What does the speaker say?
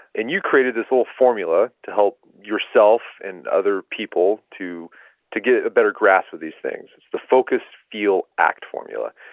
and you created this little formula to help yourself and other people to to get a better grasp of these things. it's the focus, feel, act formula.